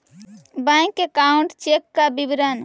Bank account check का विवरण?